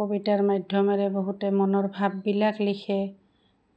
কবিতাৰ মাধ্যমেৰে বহুতে মনৰ ভাববিলাক লিখে